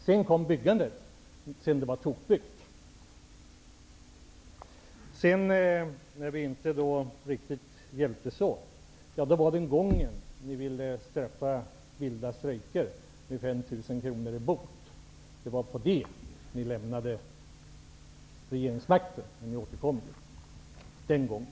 Sedan kom byggbranschen efter tokbyggandet. Vi hjälptes inte riktigt åt den gången när ni ville straffa vilda strejker med 5 000 kronor i bot. Det var på grund av det ni lämnade regeringsmakten, men ni återkom ju den gången.